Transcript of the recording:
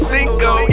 Cinco